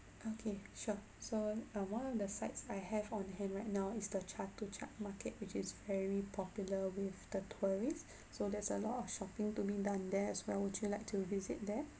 okay sure so uh one of the sites I have on hand right now is the chatuchak market which is very popular with the tourists so there's a lot of shopping to be done there as well would you like to visit there